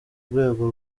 rwego